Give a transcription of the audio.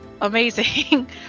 amazing